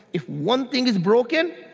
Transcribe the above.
if one thing is broken,